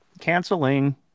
canceling